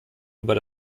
über